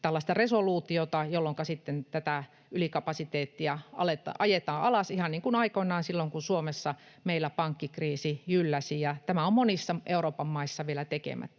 tällaista resoluutiota, jolloinka tätä ylikapasiteettia ajetaan alas, ihan niin kuin aikoinaan silloin, kun Suomessa meillä pankkikriisi jylläsi, ja tämä on monissa Euroopan maissa vielä tekemättä.